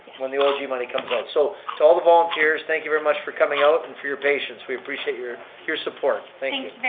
when the olg money comes out, so to all the volunteers, thank you very much for coming out and for your patience. we appreciate your your support, thank